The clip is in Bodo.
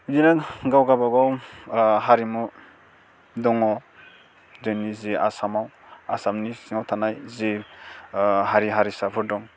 बिदिनो गाव गावबाव हारिमु दङ जोंनि जे आसामाव आसामनि सिङाव थानाय जे हारि हारिसाफोर दं